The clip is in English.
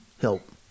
help